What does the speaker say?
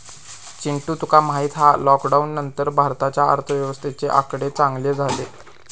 चिंटू तुका माहित हा लॉकडाउन नंतर भारताच्या अर्थव्यवस्थेचे आकडे चांगले झाले